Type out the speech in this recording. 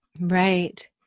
Right